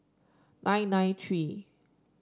nine nine three